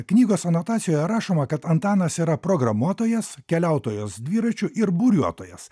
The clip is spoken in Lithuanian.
knygos anotacijoje rašoma kad antanas yra programuotojas keliautojas dviračiu ir buriuotojas